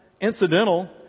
incidental